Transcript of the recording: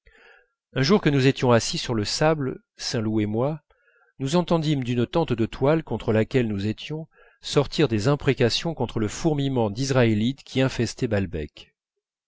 un jour que nous étions assis sur le sable saint loup et moi nous entendîmes d'une tente de toile contre laquelle nous étions sortir des imprécations contre le fourmillement d'israélites qui infestait balbec